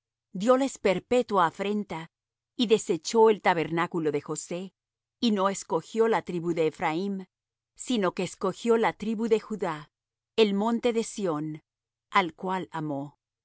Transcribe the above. posteriores dióles perpetua afrenta y desechó el tabernáculo de josé y no escogió la tribu de ephraim sino que escogió la tribu de judá el monte de sión al cual amó